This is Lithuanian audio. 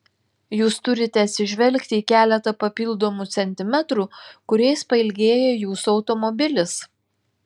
jūs turite atsižvelgti į keletą papildomų centimetrų kuriais pailgėja jūsų automobilis